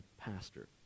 pastor